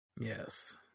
Yes